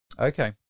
Okay